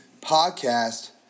Podcast